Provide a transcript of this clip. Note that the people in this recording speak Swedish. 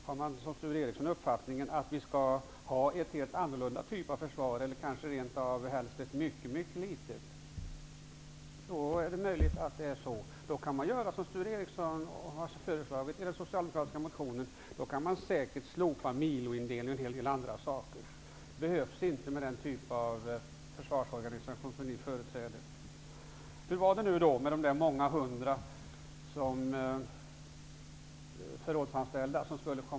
Har man som Sture Ericson uppfattningen att försvaret skall vara helt annorlunda, eller kanske rent av ha ett litet försvar, går det att göra som Sture Ericson har förslagit i den socialdemokratiska motionen. Då går det säkert att slopa Miloindelningen osv. Den behövs inte med den försvarsorganisation som Socialdemokraterna föreslår. Hur var det med de många hundra förrådsanställda?